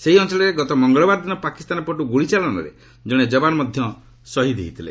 ସେହି ଅଞ୍ଚଳରେ ଗତ ମଙ୍ଗଳବାର ଦିନ ପାକିସ୍ତାନ ପଟୁ ଗୁଳି ଚାଳନାରେ ଜଣେ ଯବାନ ଶହୀଦ୍ ହୋଇଥିଲେ